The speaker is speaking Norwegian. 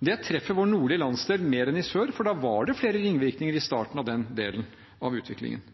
Det treffer vår nordlige landsdel mer enn i sør, for da var det flere ringvirkninger i starten av den delen av utviklingen.